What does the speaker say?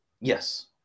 Yes